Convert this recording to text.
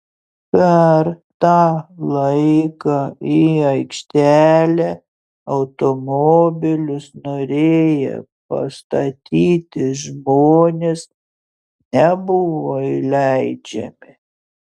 per tą laiką į aikštelę automobilius norėję pastatyti žmonės nebuvo įleidžiami